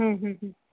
हम्म हम्म